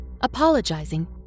Apologizing